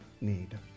need